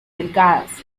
delgadas